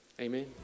Amen